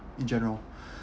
in general